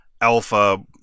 Alpha